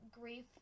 grief